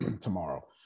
tomorrow